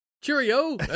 Cheerio